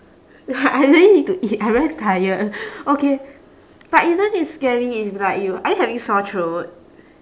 ya I really need to eat I very tired okay but isn't it scary if like you are you having sore throat